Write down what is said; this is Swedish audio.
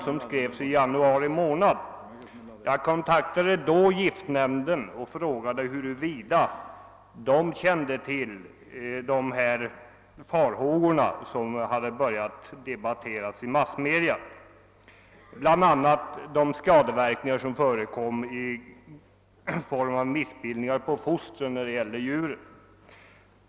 Innan jag skrev den motionen kontaktade jag giftnämnden och frågade, om man kände till de ämnens farlighet som vi här diskuterar och som då hade börjat diskuteras i massmedia, framför allt på grund av de missbildningar som uppgavs ha förekommit på djurfoster.